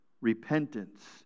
repentance